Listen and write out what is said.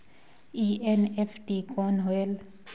NEFT कौन होएल?